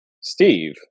Steve